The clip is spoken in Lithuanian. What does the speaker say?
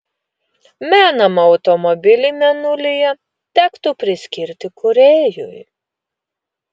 menamą automobilį mėnulyje tektų priskirti kūrėjui